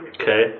Okay